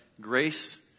grace